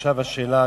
עכשיו השאלה,